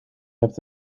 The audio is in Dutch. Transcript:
hebt